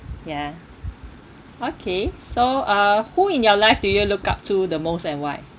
ya okay so uh who in your life do you look up to the most and why